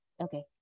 Okay